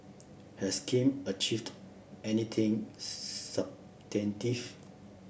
has Kim achieved anything